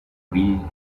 ville